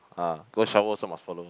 ah go shower also must follow